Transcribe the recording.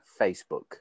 Facebook